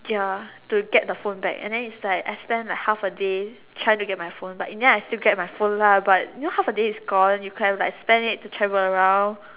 ya to get the phone back and then is like I spent like half a day trying to get my phone back but in the end I still get my phone but you know half a day is gone you could have like spent it to travel around